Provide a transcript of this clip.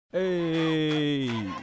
Hey